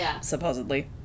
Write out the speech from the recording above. supposedly